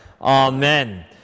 Amen